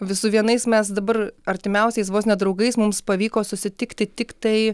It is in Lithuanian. vi su vienais mes dabar artimiausiais vos ne draugais mums pavyko susitikti tiktai